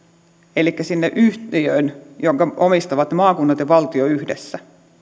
elikkä siihen yhtiöön jonka omistavat maakunnat ja valtio yhdessä